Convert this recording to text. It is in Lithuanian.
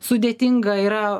sudėtinga yra